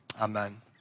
amen